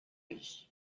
lit